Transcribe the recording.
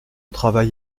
travail